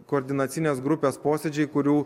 koordinacinės grupės posėdžiai kurių